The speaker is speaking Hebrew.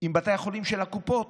עם בתי החולים של הקופות?